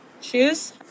Shoes